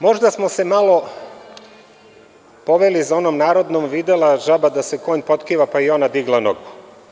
Možda smo se malo poveli za onom narodnom – videla žaba da se konj potkiva, pa i ona digla nogu.